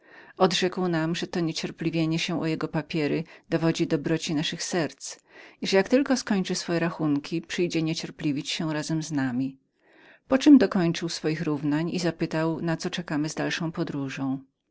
przybywały odrzekł nam że to niecierpliwienie się o jego papiery dowodziło dobroci naszych serc i że jak tylko pokończy swoje rachunki przyjdzie niecierpliwić się razem z nami poczem dokończył swoich równań i zapytał na co czekaliśmy z dalszą podróżą